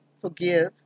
forgive